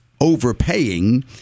overpaying